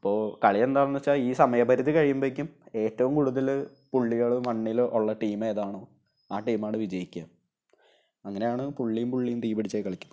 അപ്പോള് കളി എന്താണെന്നു വച്ചാൽ ഈ സമയ പരിധി കഴിയുമ്പോഴേക്കും ഏറ്റവും കൂടുതൽ പുള്ളികൾ മണ്ണില് ഉള്ള ടീം ഏതാണോ ആ ടീമാണ് വിജയിക്കുക അങ്ങനെയാണ് പുള്ളീം പുള്ളീം ടീം പിടിച്ചൊക്കെ കളിക്കുന്നത്